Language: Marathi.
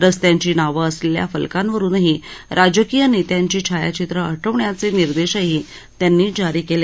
रस्त्यांची नावं असलेल्या फलकांवरुनही राजकीय नेत्यांची छायाचित्र ह वायचे निर्देशही त्यांनी जारी केले